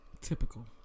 Typical